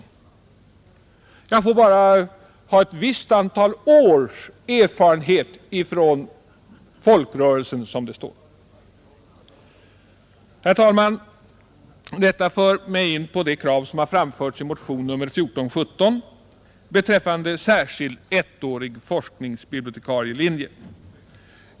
I så fall får man bara ha ett visst antal års erfarenhet från folkrörelsen, Herr talman! Detta för mig in på de krav som har framförts i motion nr 1417 beträffande särskilt ettårig forskningsbibliotekarielinje.